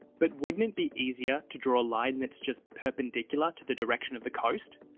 but wouldn't it be easier to draw a line that's just perpendicular to the direction of the coast?